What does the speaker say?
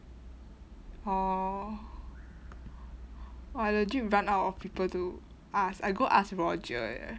orh I legit run out of people to ask I go ask roger eh